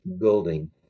building